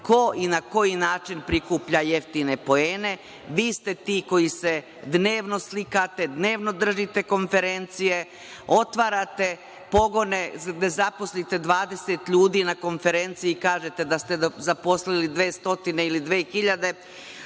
ko i na koji način prikuplja jeftine poene. Vi ste ti koji se dnevno slikate, dnevno držite konferencije, otvarate pogone da zaposlite 20 ljudi, a na konferenciji kažete da se zaposlili 200 ili